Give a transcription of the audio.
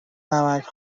نمک